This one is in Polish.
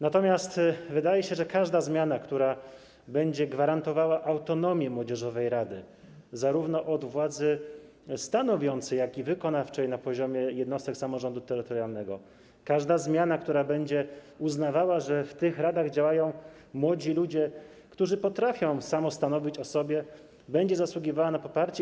Natomiast wydaje się, że każda zmiana, która będzie gwarantowała autonomię młodzieżowej rady w zakresie władzy zarówno stanowiącej, jak i wykonawczej na poziomie jednostek samorządu terytorialnego, każda zmiana, która będzie uznawała, że w tych radach działają młodzi ludzie, którzy potrafią samostanowić o sobie, będzie zasługiwała na poparcie.